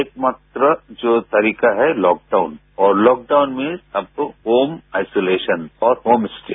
एक मात्र जो तरीका है लॉकडाउन और लॉकडाउन में आपको होम आइसोलेशन और होम स्टे